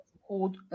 hold